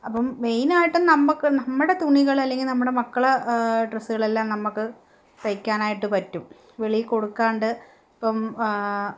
അപ്പം മെയിനായിട്ട് നമുക്ക് നമ്മുടെ തുണികൾ അല്ലെങ്കിൽ നമ്മുടെ മക്കളെ ഡ്രസ്സുകളെല്ലാം നമുക്ക് തയ്ക്കാനായിട്ട് പറ്റും വെളിയിൽ കൊടുക്കാണ്ട് ഇപ്പം